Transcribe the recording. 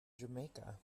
jamaica